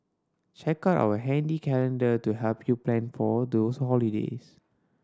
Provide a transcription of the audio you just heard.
check out our handy calendar to help you plan for those holidays